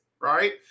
right